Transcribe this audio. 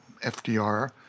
FDR